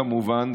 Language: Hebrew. כמובן,